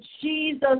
Jesus